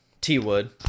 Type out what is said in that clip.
T-Wood